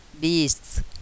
beasts